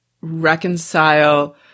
reconcile